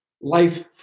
life